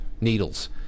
needles